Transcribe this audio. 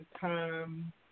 time